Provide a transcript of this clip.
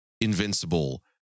Invincible